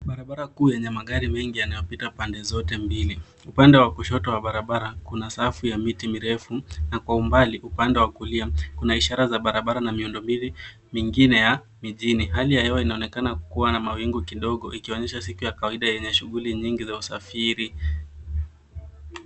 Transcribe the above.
Barabara kuu yenye magari mengi yanayopita pande zote mbili. Upande wa kushoto wa barabara kuna safu ya miti mirefu, na kwa umbali upande wa kulia, kuna ishara za barabara na miundo mbili mingine ya mijini. Hali ya hewa inaonekana kuwa na mawingu kidogo, ikionyesha siku ya kawaida yenye shughuli nyingi za usafiri.